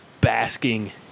basking